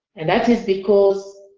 and that is because